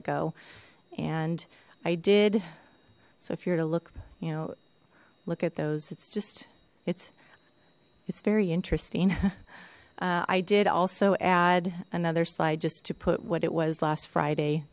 ago and i did so if you were to look you know look at those it's just it's it's very interesting i did also add another slide just to put what it was last friday